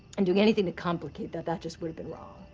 and doing anything to complicate that that just would've been wrong.